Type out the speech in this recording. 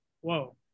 whoa